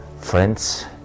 friends